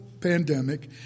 pandemic